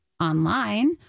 online